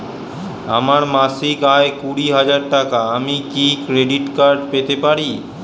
আমার মাসিক আয় কুড়ি হাজার টাকা আমি কি ক্রেডিট কার্ড পেতে পারি?